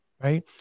right